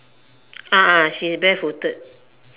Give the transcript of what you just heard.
ah she is barefooted